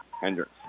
Hendricks